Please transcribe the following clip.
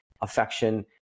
affection